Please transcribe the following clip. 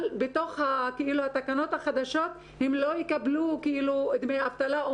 אבל בתוך התקנות החדשות הם לא יקבלו דמי אבטלה,